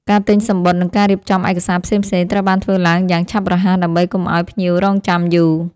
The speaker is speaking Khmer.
ការទិញសំបុត្រ និងការរៀបចំឯកសារផ្សេងៗត្រូវបានធ្វើឡើងយ៉ាងឆាប់រហ័ស ដើម្បីកុំឱ្យភ្ញៀវរង់ចាំយូរ។